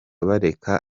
bareka